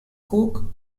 cook